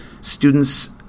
students